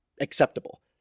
acceptable